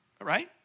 Right